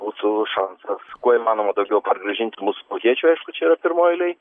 mūsų šansas kuo įmanoma daugiau pargražinti mūsų tautiečių aišku čia yra pirmoj eilėj